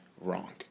wrong